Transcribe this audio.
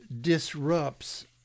disrupts